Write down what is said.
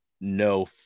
no